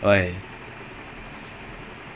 so uh he wanted to trim